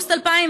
באוגוסט 2013